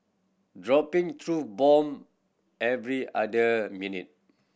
dropping truth bomb every other minute